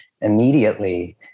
immediately